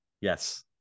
Yes